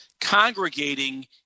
congregating